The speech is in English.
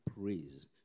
praise